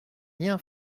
rien